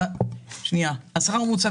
השכר הממוצע,